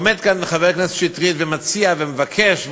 עומד כאן חבר הכנסת שטרית ומציע ומבקש ואומר,